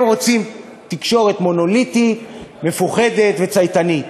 הם רוצים תקשורת מונוליטית, מפוחדת וצייתנית.